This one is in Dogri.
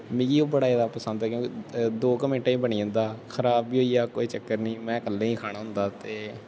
मिगी ओह् बड़ा जैदा पसंद ऐ क्योंकि दो क मिन्टें च बनी जंदा खराब बी होई जा कोई चक्कर निं में कल्ले गै खाना होंदा ते